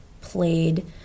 played